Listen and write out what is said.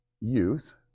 youth